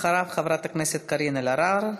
אחריו, חברת הכנסת קארין אלהרר.